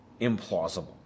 implausible